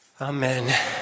Amen